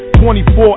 24